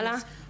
הלאה.